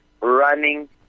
running